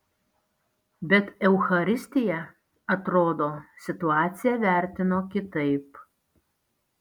bet eucharistija atrodo situaciją vertino kitaip